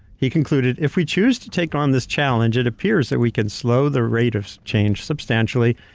he concluded, if we choose to take on this challenge, it appears that we can slow the rate of change substantially,